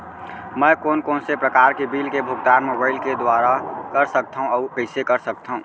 मैं कोन कोन से प्रकार के बिल के भुगतान मोबाईल के दुवारा कर सकथव अऊ कइसे कर सकथव?